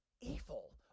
evil